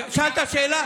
שאלת שאלה?